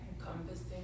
Encompassing